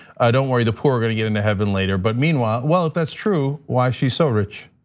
don't worry, the poor are gonna get into heaven later. but meanwhile, well, if that's true, why's she so rich?